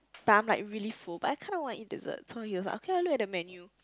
but I'm like really full but I kinda want to eat dessert so he was like okay ah look at the menu